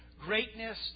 greatness